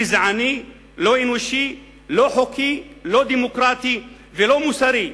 גזעני, לא אנושי, לא חוקי, לא דמוקרטי ולא מוסרי,